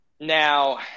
Now